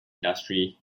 industry